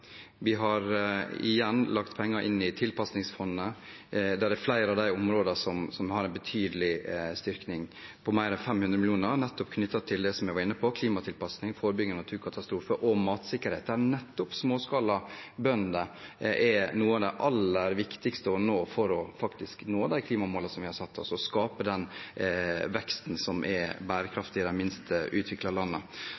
Vi har igjen lagt penger inn i tilpasningsfondet. Det er flere av de områdene som har en betydelig styrking, på mer enn 500 mill. kr, nettopp knyttet til det jeg var inne på, med klimatilpasning, forebygging av naturkatastrofer og matsikkerhet, der nettopp småskalabønder er noen av de aller viktigste å nå for faktisk å nå de klimamålene vi har satt oss og skape den veksten som er